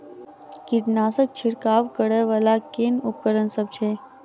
कीटनासक छिरकाब करै वला केँ उपकरण सब छै?